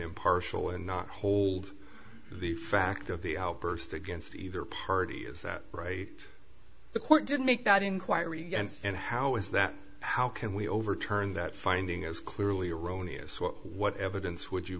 impartial and not hold the fact of the outburst against either party is that right the court did make that inquiry and how is that how can we overturn that finding is clearly erroneous what what evidence would you